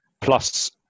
plus